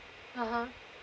uh !huh!